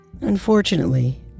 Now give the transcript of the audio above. Unfortunately